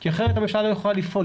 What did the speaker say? כי אחרת הממשלה לא יכולה לפעול.